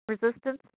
Resistance